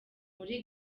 muri